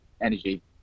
energy